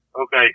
Okay